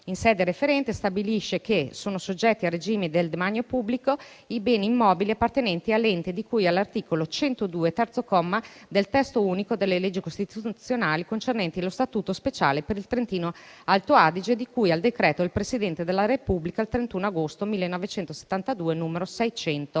in sede referente, stabilisce che sono soggetti al regime del demanio pubblico i beni immobili appartenenti all'ente di cui all'articolo 102, terzo comma, del testo unico delle leggi costituzionali concernenti lo Statuto speciale per il Trentino-Alto Adige, di cui al decreto del Presidente della Repubblica del 31 agosto 1972, n. 670.